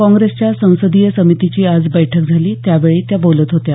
काँग्रेसच्या संसदीय समितीची आज बैठक झाली त्यावेळी त्या बोलत होत्या